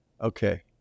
okay